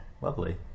Lovely